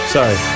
Sorry